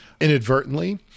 inadvertently